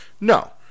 No